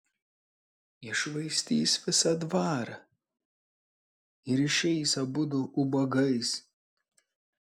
iššvaistys visą dvarą ir išeis abudu ubagais